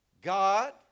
God